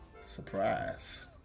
surprise